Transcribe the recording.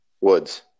Woods